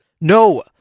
No